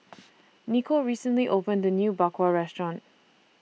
Niko recently opened A New Bak Kwa Restaurant